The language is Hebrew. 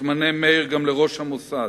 מתמנה מאיר גם לראש המוסד.